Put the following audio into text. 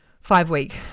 five-week